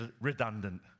redundant